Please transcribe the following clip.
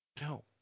No